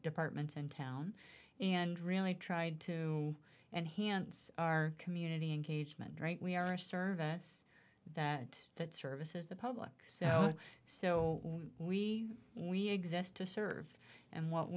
departments in town and really try to and hands our community engagement right we are a service that that services the public so we we exist to serve and what